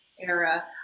era